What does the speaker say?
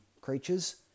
creatures